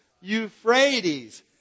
Euphrates